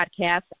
podcast